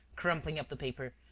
crumpling up the paper.